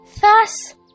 Thus